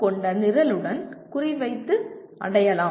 கொண்ட நிரலுடன் குறிவைத்து அடையலாம்